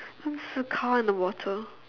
then there's a car in the water